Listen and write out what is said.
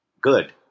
good